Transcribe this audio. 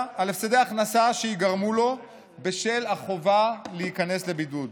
שייגרמו לו בשל החובה להיכנס לבידוד?